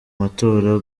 matora